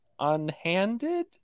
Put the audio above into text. unhanded